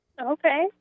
Okay